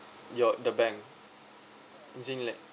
your the bank is it like